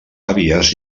àvies